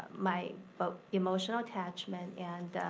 ah my but emotional attachment and